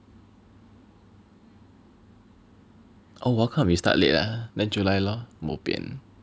oh how come you start late ah then July lor bo pian